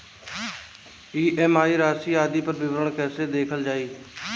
EMI राशि आदि पर विवरण कैसे देखल जाइ?